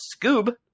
Scoob